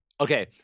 Okay